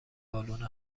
بالن